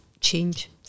change